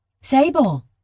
Sable